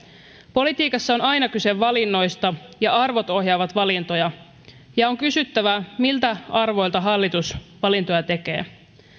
politiikassa on aina kyse valinnoista ja arvot ohjaavat valintoja ja on kysyttävä millä arvoilla hallitus valintoja tekee